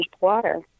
water